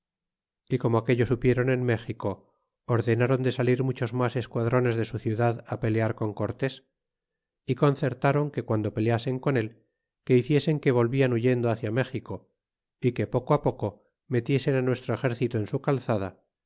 y como aquello supieron en méxico ordenron de salir muchos mas esquadrones de su ciudad pelear con cortes y concertaron que guando peleasen con el que hiciesen que volvian huyendo hacia méxico y que poco á poco metiesen á nuestro exército en su calzada